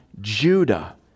Judah